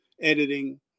editing